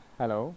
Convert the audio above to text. Hello